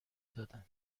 دادم